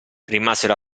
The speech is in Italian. rimasero